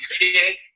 Yes